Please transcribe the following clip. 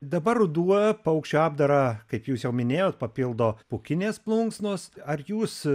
dabar ruduo paukščių apdarą kaip jūs jau minėjot papildo pūkinės plunksnos ar jūs